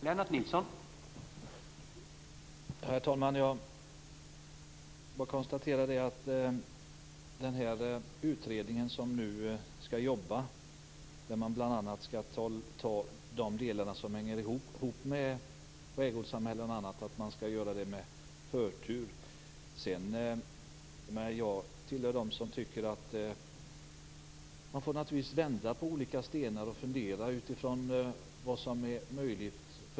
Herr talman! Jag konstaterar att den utredning som nu skall jobba och bl.a. ta upp de delar som hänger ihop med skärgårdssamhällen och annat skall göra detta med förtur. Jag tillhör dem som tycker att man får vända på olika stenar och fundera utifrån vad som är möjligt.